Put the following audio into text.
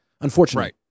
unfortunately